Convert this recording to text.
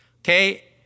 Okay